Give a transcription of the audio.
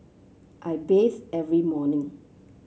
I bathe every morning